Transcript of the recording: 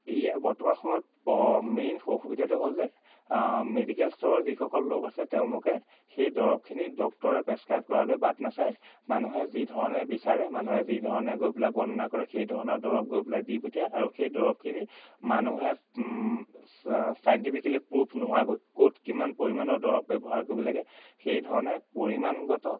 বৰ্তমান সময়ত মেইন সুবিধাটো হ'ল যে মেডিকেল ষ্ট'ৰৰ যিসকল লোক আছে তেওঁলোকে সেই দৰৱখিনি ডক্টৰে প্ৰেছক্ৰাইব কৰালৈ বাদ নাচায় মানুহে যি ধৰণে বিচাৰে মানুহে যি ধৰণে গৈ পেলাই বৰ্ণনা কৰে সেই ধৰণৰ দৰৱ গৈ পেলাই দি পঠিয়াই আৰু সেই দৰৱখিনি মানুহে চাইণ্টিফিকেলি প্ৰুফ নোহোৱাকৈ ক'ত কিমান পৰিমাণৰ দৰৱ ব্যৱহাৰ কৰিব লাগে সেই ধৰণে পৰিমাণগত